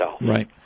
right